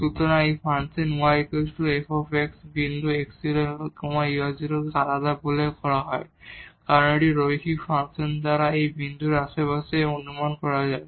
সুতরাং একটি function y f বিন্দু x0 y0 এ আলাদা বলে বলা হয় যদি এটি একটি রৈখিক ফাংশন দ্বারা এই বিন্দুর আশেপাশে অনুমান করা যায়